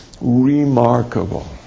remarkable